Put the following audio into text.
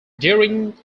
during